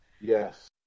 Yes